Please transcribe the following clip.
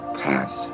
pass